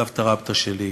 סבתא רבתא שלי,